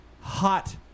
hot